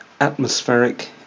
atmospheric